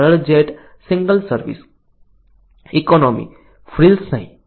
સરળ jet single service economy frills નહીં